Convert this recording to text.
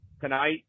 tonight